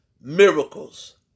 miracles